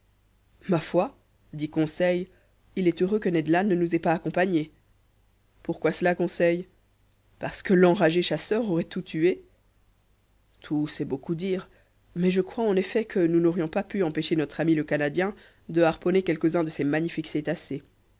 ma foi dit conseil il est heureux que ned land ne nous ait pas accompagnés pourquoi cela conseil parce que l'enragé chasseur aurait tout tué tout c'est beaucoup dire mais je crois en effet que nous n'aurions pu empêcher notre ami le canadien de harponner quelques-uns de ces magnifiques cétacés